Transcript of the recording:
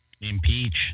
Impeach